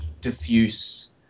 diffuse